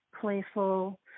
playful